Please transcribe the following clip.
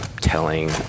telling